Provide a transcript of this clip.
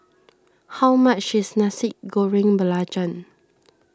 how much is Nasi Goreng Belacan